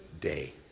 day